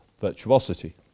virtuosity